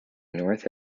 north